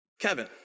Kevin